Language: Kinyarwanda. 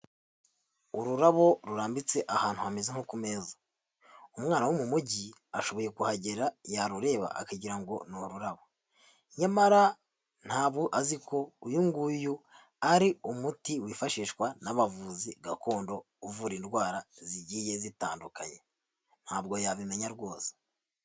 Ururabo rurambitse ahantu hameze nko ku meza, umwana wo mu mujyi, ashoboye kuhagera yarureba akagira ngo ni ururabo, nyamara ntabwo azi ko uyu nguyu ari umuti wifashishwa n'abavuzi gakondo uvura indwara zigiye zitandukanye, ntabwo yabimenya rwose.